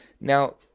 Now